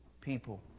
people